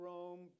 Rome